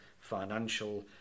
financial